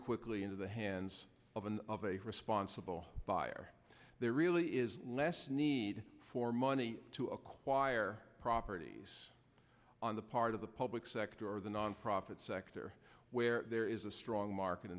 quickly into the hands of an of a responsible buyer there really is less need for money to acquire properties on the part of the public sector or the nonprofit sector where there is a strong market